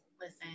listen